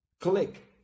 click